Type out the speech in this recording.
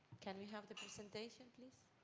can we have the presentation, please?